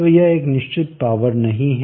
तो यह एक निश्चित पावर नहीं है